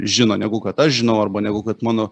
žino negu kad aš žinau arba negu kad mano